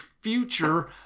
future